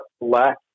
lack